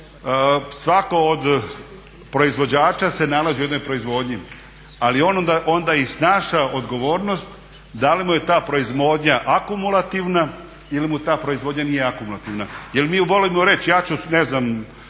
svatko od proizvođača se nalazi u jednoj proizvodnji, ali on onda i snaša odgovornost da li mu je ta proizvodnja akumulativna ili mu ta proizvodnja nije akumulativna.